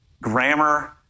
grammar